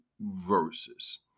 verses